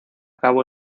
cabo